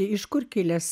iš kur kilęs